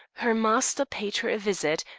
her master paid her a visit,